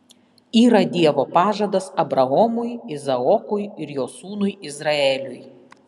yra dievo pažadas abraomui izaokui ir jo sūnui izraeliui